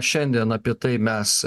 šiandien apie tai mes